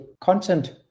content